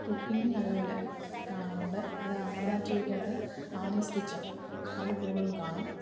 cooking നല്ല പോലെ കാണാറുണ്ട് അത് അമൃതാ ടി വിക്കകത്ത് ആനീസ് കിച്ചൻ അത് കൂടുതലും കാണും